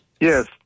Yes